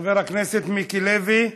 חבר הכנסת מיקי לוי,